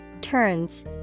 turns